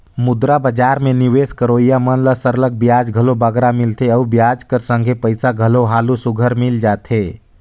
मुद्रा बजार में निवेस करोइया मन ल सरलग बियाज घलो बगरा मिलथे अउ बियाज कर संघे पइसा घलो हालु सुग्घर मिल जाथे